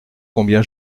combien